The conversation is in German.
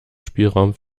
spielraum